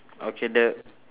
okay the